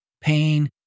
pain